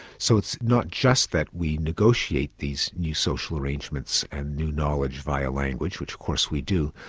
so it's not just that we negotiate these new social arrangements and new knowledge via language, which of course we do,